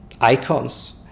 icons